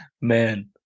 Man